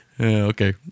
okay